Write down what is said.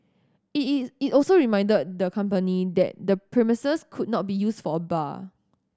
it is it also reminded the company that the premises could not be used for a bar